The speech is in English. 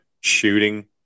shooting